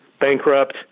bankrupt